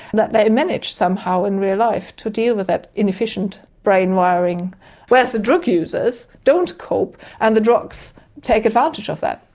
that they managed somehow in real life to deal with that inefficient brain wiring whereas the drug users don't cope and the drugs take advantage of that.